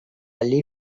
llei